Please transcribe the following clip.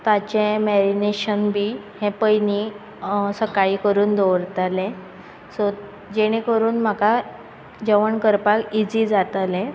ताचे मेरिनेशन बीन हें पयलीं सकाळीं करून दवरतलें सो जेणे करून म्हाका जेवण करपा इजी जातलें